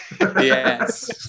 yes